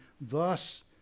thus